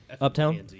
Uptown